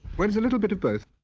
well it's a little bit of both.